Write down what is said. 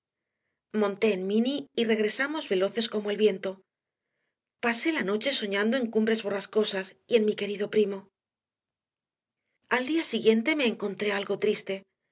monté en minny y regresamos veloces como el viento pasé la noche soñando en cumbres borrascosas y en mi querido primo al día siguiente me encontré algo triste